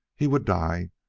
he would die,